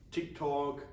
TikTok